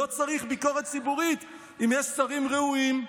לא צריך ביקורת ציבורית אם יש שרים ראויים.